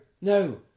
no